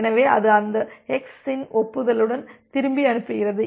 எனவே அது அந்த எக்ஸ் இன் ஒப்புதலுடன் திருப்பி அனுப்புகிறது